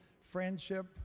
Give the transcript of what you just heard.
Friendship